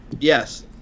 Yes